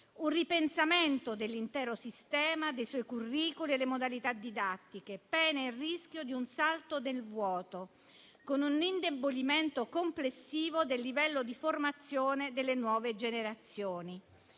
un ripensamento dell'intero sistema, dei suoi *curricula* e delle modalità didattiche, pena il rischio di un salto nel vuoto, con un indebolimento complessivo del livello di formazione delle nuove generazioni.